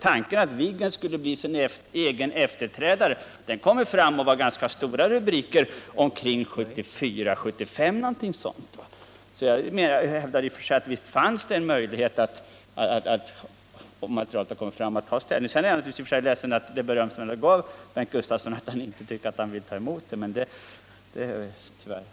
Tanken att Viggen skulle bli sin egen efterträdare kom fram och gav rubriker omkring 1974-1975. Jag hävdar alltså bestämt att det funnits en möjlighet att väga A 20 mot lättare system. Jag är ledsen över att Bengt Gustavsson tyckte att han inte kunde ta emot det beröm som jag gav honom.